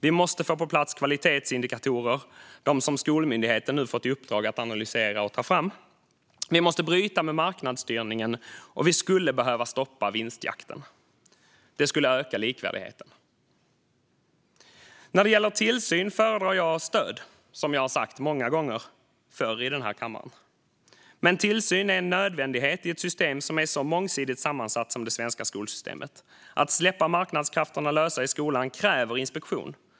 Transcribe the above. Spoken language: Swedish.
Vi måste få på plats de kvalitetsindikatorer som Skolverket nu har fått i uppdrag att analysera och ta fram. Vi måste bryta med marknadsstyrningen, och vi skulle behöva stoppa vinstjakten. Det skulle öka likvärdigheten. När det gäller tillsyn föredrar jag stöd. Det har jag sagt många gånger i den här kammaren. Men tillsyn är en nödvändighet i ett system som är så mångsidigt sammansatt som det svenska skolsystemet. Att släppa marknadskrafterna lösa i skolan kräver inspektion.